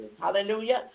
Hallelujah